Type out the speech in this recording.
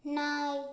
நாய்